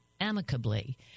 amicably